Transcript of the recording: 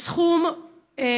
זה מספר מביש.